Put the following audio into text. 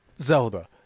Zelda